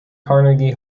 carnegie